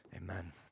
amen